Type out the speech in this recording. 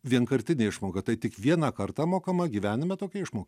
vienkartinė išmoka tai tik vieną kartą mokama gyvenime tokia išmok